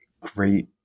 great